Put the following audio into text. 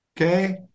Okay